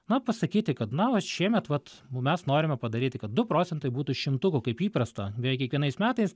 na pasakyti kad na vat šiemet vat mes norime padaryti kad du procentai būtų šimtukų kaip įprasta beveik kiekvienais metais